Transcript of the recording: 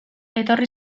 etorri